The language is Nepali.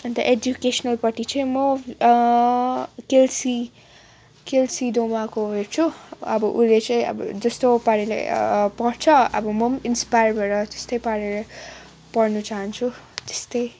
अन्त एडुकेसनलपट्टि चाहिँ म केल्सी केल्सी डोमाको हेर्छु अब उसले चाहिँ अब जस्तो पाराले पढ्छ अब म पनि इन्स्पायर भएर त्यस्तै पाराले पढ्नु चहान्छु त्यस्तै